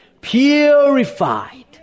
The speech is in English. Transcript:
Purified